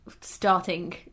starting